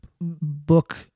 book